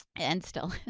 and still is.